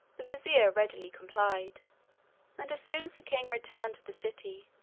the vizier readily complied and as soon as the king returned to the city,